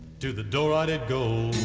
to the door i did go.